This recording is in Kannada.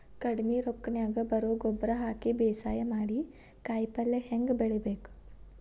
ಕಡಿಮಿ ರೊಕ್ಕನ್ಯಾಗ ಬರೇ ಗೊಬ್ಬರ ಹಾಕಿ ಬೇಸಾಯ ಮಾಡಿ, ಕಾಯಿಪಲ್ಯ ಹ್ಯಾಂಗ್ ಬೆಳಿಬೇಕ್?